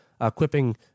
equipping